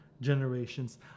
generations